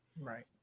right